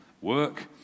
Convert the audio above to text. work